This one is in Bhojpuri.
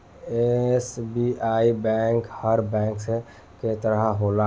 एस.बी.आई बैंक हर बैंक के तरह होला